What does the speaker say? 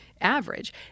average